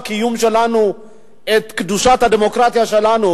הקיום שלנו את קדושת הדמוקרטיה שלנו?